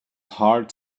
heart